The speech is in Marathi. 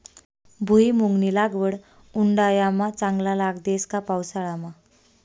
भुईमुंगनी लागवड उंडायामा चांगला लाग देस का पावसाळामा